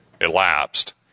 elapsed